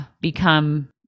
become